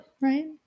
Right